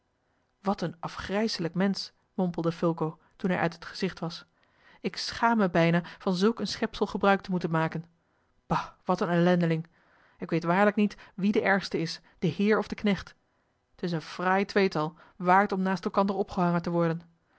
wat een afgrijselijk mensch mompelde fulco toen hij uit het gezicht was ik schaam mij bijna van zulk een schepsel gebruik te moeten maken bah wat een ellendeling ik weet waarlijk niet wie de ergste is de heer of de knecht t is een fraai tweetal waard om naast elkander opgehangen te worden